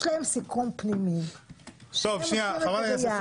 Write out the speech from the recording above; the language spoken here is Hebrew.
יש להם סיכום פנימי שהם עושים את זה ביחד --- חברי הכנסת,